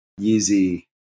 Yeezy